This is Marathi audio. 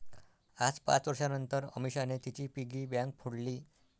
आज पाच वर्षांनतर अमीषाने तिची पिगी बँक फोडली